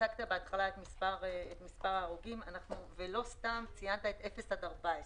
הצגת בהתחלה את מספר ההרוגים ולא סתם ציינת את גיל אפס עד 14